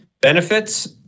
benefits